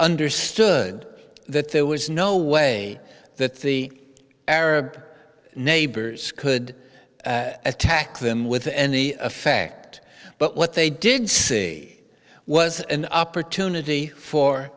understood that there was no way that the arab neighbors could attack them with any effect but what they did see was an opportunity for